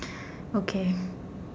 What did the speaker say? okay